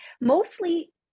Mostly